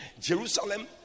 Jerusalem